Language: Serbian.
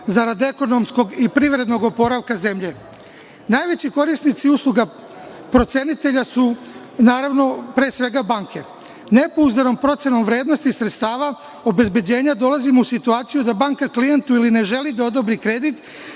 zarad ekonomskog i privrednog oporavka zemlje. Najveći korisnici usluga procenitelja su, naravno, pre svega, banke. Nepouzdanom procenom vrednosti sredstava obezbeđenja dolazimo u situaciju da banka klijentu ili ne želi da odobri kredit,